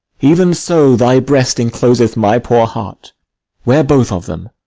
even so thy breast encloseth my poor heart wear both of them,